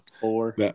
four